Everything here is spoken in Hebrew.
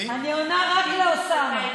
אני עונה רק לאוסאמה.